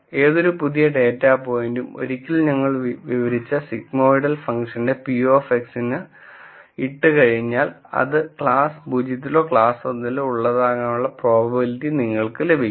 ഏതൊരു പുതിയ ഡാറ്റാ പോയിന്റും ഒരിക്കൽ ഞങ്ങൾ വിവരിച്ച സിഗ്മോയ്ഡൽ ഫംഗ്ഷന്റെ p of x ക്ക് ഇട്ടുകഴിഞ്ഞാൽ അത് ക്ലാസ് 0 ലോ ക്ലാസ് 1 ലോ ഉള്ളതാകാനുള്ള പ്രോബബിലിറ്റി നിങ്ങൾക്ക് ലഭിക്കും